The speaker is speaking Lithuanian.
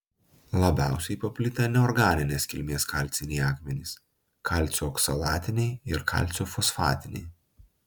labiausiai paplitę neorganinės kilmės kalciniai akmenys kalcio oksalatiniai ir kalcio fosfatiniai